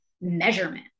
measurement